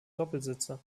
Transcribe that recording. doppelsitzer